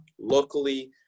locally